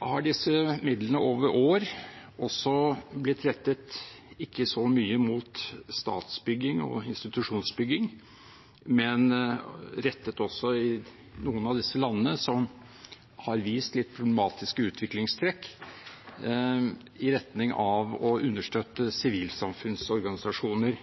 har disse midlene over år blitt rettet ikke så mye mot statsbygging og institusjonsbygging, men også mot noen av disse landene som har vist diplomatiske utviklingstrekk i retning av å understøtte sivilsamfunnsorganisasjoner,